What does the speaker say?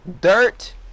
dirt